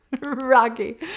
Rocky